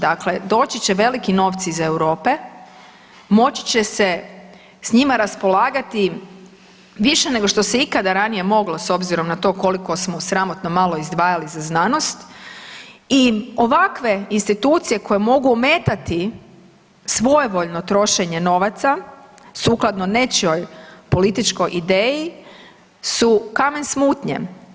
Dakle, doći će veliki novci iz Europe, moći će s njima raspolagati više nego što se ikada ranije moglo s obzirom na to koliko smo sramotno malo izdvajali za znanost i ovakve institucije koje mogu ometati svojevoljno trošenje novaca sukladno nečijoj političkoj ideji su kamen smutnje.